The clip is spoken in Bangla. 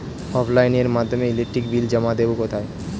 অফলাইনে এর মাধ্যমে ইলেকট্রিক বিল জমা দেবো কোথায়?